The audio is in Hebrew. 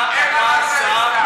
אתה שר תיירות מצוין.